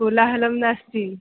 कोलाहलं नास्ति